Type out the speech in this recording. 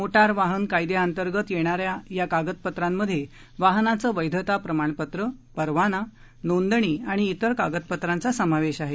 motor बाहन कायद्याअंतर्गत येणाऱ्या या कागदपत्रांमध्ये वाहनाचं वैधता प्रमाणपत्र परवाना नोंदणी आणि तेर कागदपत्रांचा समावेश आहे